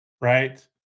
right